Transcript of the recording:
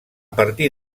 partir